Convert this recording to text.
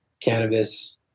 cannabis